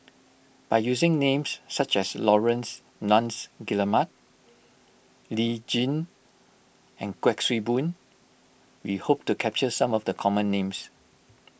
by using names such as Laurence Nunns Guillemard Lee Tjin and Kuik Swee Boon we hope to capture some of the common names